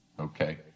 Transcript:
Okay